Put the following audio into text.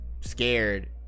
scared